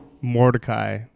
Mordecai